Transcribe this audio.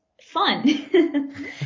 fun